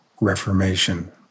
reformation